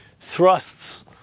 thrusts